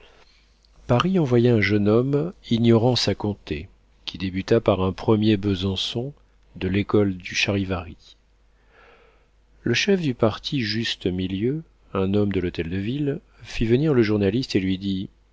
paris envoya un jeune homme ignorant sa comté qui débuta par un premier besançon de l'école du charivari le chef du parti juste-milieu un homme de l'hôtel-de-ville fit venir le journaliste et lui dit